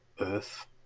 Earth